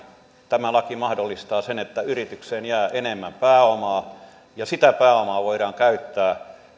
tämä laki mahdollistaa sen että yritykseen jää enemmän pääomaa ja sitä pääomaa voidaan käyttää